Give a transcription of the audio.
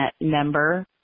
member